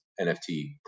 NFT